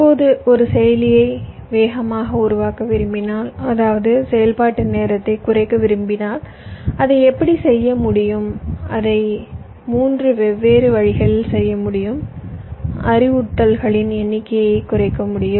இப்போது ஒரு செயலியை வேகமாக உருவாக்க விரும்பினால் அதாவது செயல்பாட்டு நேரத்தை குறைக்க விரும்பினால் அதை எப்படி செய்ய முடியும் அதை மூன்று வெவ்வேறு வழிகளில் செய்ய முடியும் அறிவுறுத்தல்களின் எண்ணிக்கையை குறைக்க முடியும்